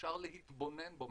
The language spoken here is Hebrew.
אפשר להתבונן בו.